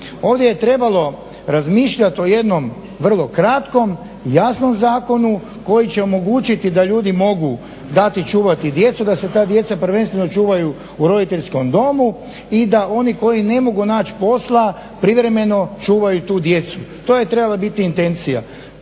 Ovdje je trebalo razmišljat o jednom vrlo kratkom i jasnom zakonu koji će omogućiti da ljudi mogu dati čuvati djecu, da se ta djeca prvenstveno čuvaju u roditeljskom domu i da oni koji ne mogu naći posla privremeno čuvaju tu djecu. To je trebala biti intencija,